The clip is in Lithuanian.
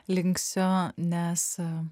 linksiu nes